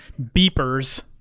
beepers